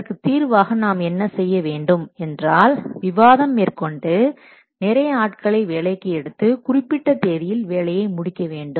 இதற்கு தீர்வாக நாம் என்ன செய்ய வேண்டும் என்றால் விவாதம் மேற்கொண்டு நிறைய ஆட்களை வேலைக்கு எடுத்து குறிப்பிட்ட தேதியில் வேலையை முடிக்க வேண்டும்